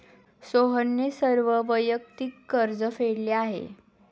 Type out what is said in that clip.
सोहनने सर्व वैयक्तिक कर्ज फेडले आहे